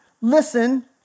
Listen